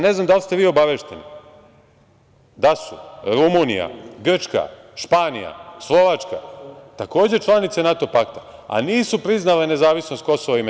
Ne znam da li ste vi obavešteni da su Rumunija, Grčka, Španija, Slovačka takođe članice NATO pakta, a nisu priznale nezavisnost KiM?